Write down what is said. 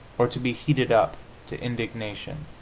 or to be heated up to indignation,